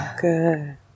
good